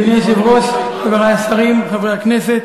אדוני היושב-ראש, חברי השרים, חברי הכנסת,